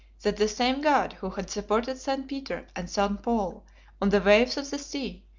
that the same god who had supported st. peter and st. paul on the waves of the sea,